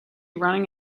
running